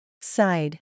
SIDE